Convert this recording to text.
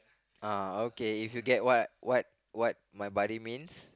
uh okay if you get what what what my buddy means